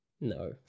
No